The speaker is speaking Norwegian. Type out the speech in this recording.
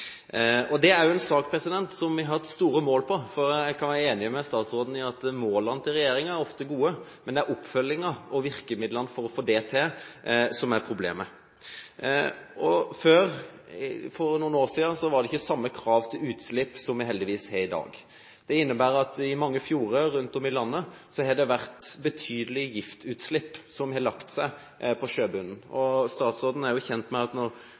Det er en sak som vi har hatt store mål for. Jeg kan være enig med statsråden i at målene til regjeringen ofte er gode, men det er oppfølgingen og virkemidlene for å få det til som er problemet. Før, for noen år siden, var det ikke samme krav til utslipp som vi heldigvis har i dag. Det innebærer at det i mange fjorder rundt om i landet har vært betydelige giftutslipp som har lagt seg på sjøbunnen. Statsråden er jo kjent med at